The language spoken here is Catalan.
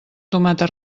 tomata